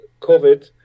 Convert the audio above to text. COVID